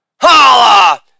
Holla